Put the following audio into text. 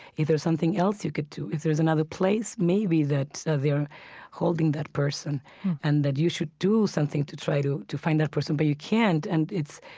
if there's something else you get to, if there's another place maybe that they're holding that person and that you should do something to try to to find that person, but you can't, and it's,